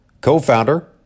co-founder